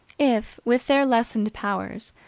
if, with their lessened powers,